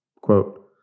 Quote